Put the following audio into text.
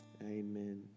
amen